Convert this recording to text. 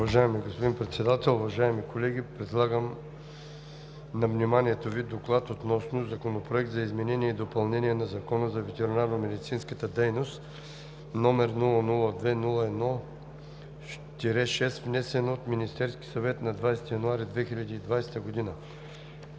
Уважаеми господин Председател, уважаеми колеги! Предлагам на вниманието Ви „ДОКЛАД относно Законопроект за изменение и допълнение на Закона за ветеринарномедицинската дейност, № 002-01-6, внесен от Министерския съвет на 20 януари 2020 г.